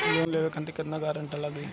Loan लेवे खातिर केतना ग्रानटर लागी?